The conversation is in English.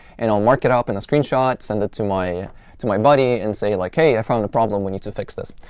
and i'll mark it up in a screenshot, send it to my to my buddy, and say like, hey, i found a problem. we need to fix this.